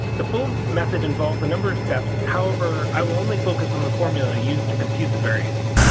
the full method involves a number of steps. however, i will only focus on the formula used to compute the variance.